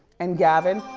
and gavin,